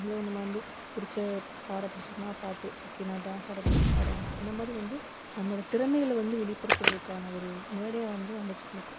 அதில் நம்ம வந்து பிடிச்ச பாடப் பிடிச்சிருக்குன்னா பாட்டு ஓகே நான் டான்ஸ் ஆடப் பிடிச்சிருக்கா டான்ஸ் இந்த மாதிரி வந்து நம்மளோடய திறமைகளை வந்து வெளிப்படுத்துவதற்கான ஒரு மேடையை வந்து அமைச்சுக் கொடுக்கும்